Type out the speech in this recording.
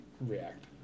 react